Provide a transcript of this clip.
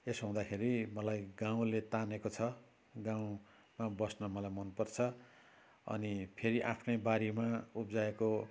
यसो हुँदाखेरि मलाई गाउँले तानेको छ गाँउमा बस्न मलाई मन पर्छ अनि फेरि आफ्नै बारीमा उब्जाएको